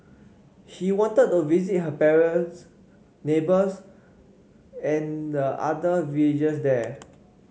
he wanted to visit her brines neighbours and the other villagers there